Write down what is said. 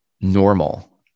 normal